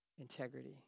integrity